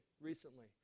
recently